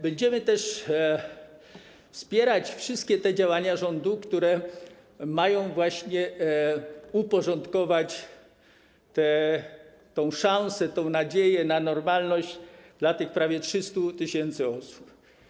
Będziemy też wspierać wszystkie te działania rządu, które mają właśnie uporządkować tę szansę, tę nadzieję na normalność dla tych prawie 300 tys. osób.